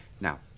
Now